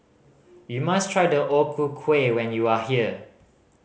you must try the O Ku Kueh when you are here